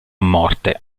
morte